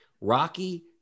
Rocky